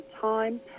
time